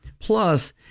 Plus